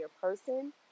person